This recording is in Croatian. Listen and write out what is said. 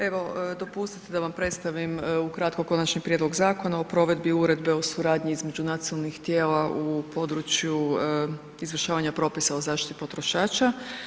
Evo, dopustite da vam predstavim ukratko Konačni prijedlog Zakona o provedbi Uredbe o suradnji između nacionalnih tijela u području izvršavanja propisa o zaštiti potrošača.